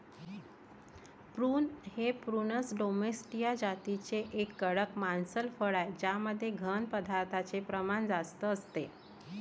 prune हे prunus domestica जातीचे एक कडक मांसल फळ आहे ज्यामध्ये घन पदार्थांचे प्रमाण जास्त असते